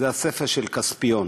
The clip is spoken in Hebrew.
זה הספר "כספיון".